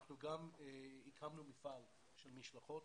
הקמנו מפעל של משלחות